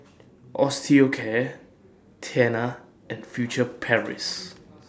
Osteocare Tena and Furtere Paris